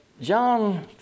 John